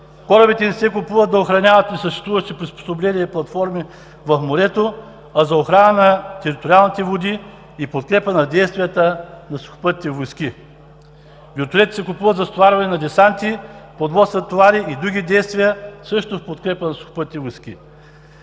Корабите не се купуват да охраняват несъществуващи приспособления и платформи в морето, а за охрана на териториалните води и подкрепа на действията на сухопътните войски. Вертолетите се купуват за стоварване на десанти, продоволствия, товари и други действия, също в подкрепа на Сухопътни войски.